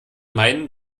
meinen